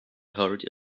hurried